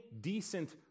decent